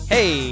Hey